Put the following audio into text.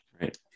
Right